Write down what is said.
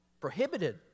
prohibited